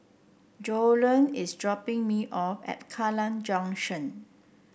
Joellen is dropping me off at Kallang Junction